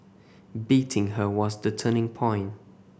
beating her was the turning point